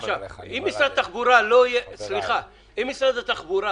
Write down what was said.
אם משרד התחבורה